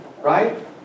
right